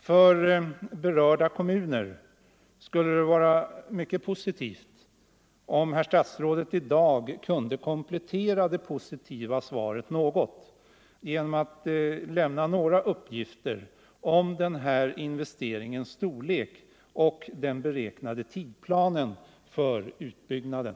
För berörda kommuner skulle det vara värdefullt om herr statsrådet i dag kunde komplettera det positiva svaret genom att lämna några uppgifter om den här investeringens storlek och den beräknade tidplanen för utbyggnaden.